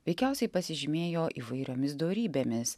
veikiausiai pasižymėjo įvairiomis dorybėmis